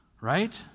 right